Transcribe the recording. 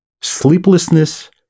Sleeplessness